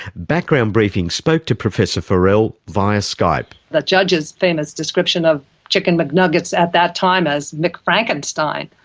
background briefing spoke to professor forell via skype. the judge's famous description of chicken mcnuggets at that time as mcfrankenstein,